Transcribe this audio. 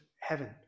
heaven